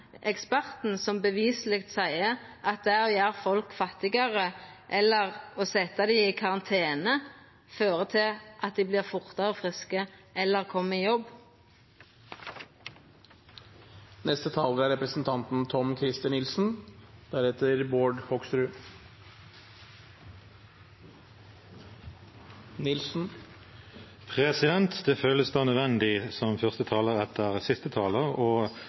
eksperten er som beviseleg seier at det å gjera folk fattigare eller å setja dei i karantene fører til at dei vert fortare friske eller kjem i jobb? Det føles nødvendig, som første taler etter siste taler,